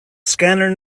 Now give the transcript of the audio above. scanner